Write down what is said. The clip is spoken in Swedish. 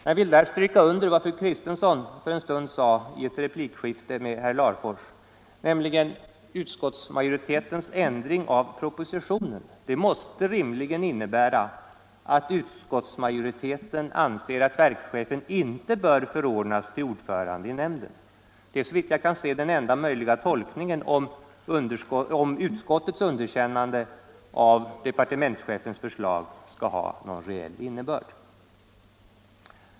Jag vill här understryka vad fru Kristensson för en stund sedan sade i ett replikskifte med herr Larfors, nämligen att utskottsmajoritetens ändring av propositionen rimligen måste innebära att utskottsmajoriteten anser att verkschefen inte bör förordas till ordförande i nämnden. Det är såvitt jag kan se den enda möjliga tolkningen, om utskottets underkännande av departementschefens förslag skall ha någon reell innebörd.